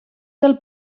del